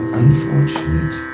unfortunate